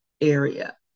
area